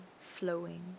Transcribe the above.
flowing